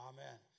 Amen